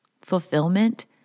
Fulfillment